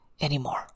anymore